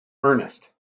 ernest